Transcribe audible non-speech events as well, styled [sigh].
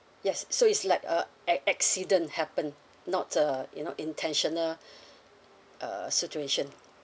yes so it's like a acc~ accident happened not uh you know intentional [breath] uh situation